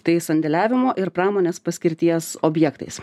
tai sandėliavimo ir pramonės paskirties objektais